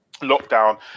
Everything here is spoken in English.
lockdown